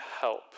help